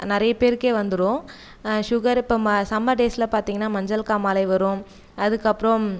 நிறைய பேருக்கே வந்துரும் ஷுகர் இப்போ ம சம்மர் டேஸில் பார்த்தீங்கனா மஞ்சள்காமாலை வரும் அதுக்கப்புறோம்